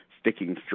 sticking